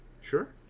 Sure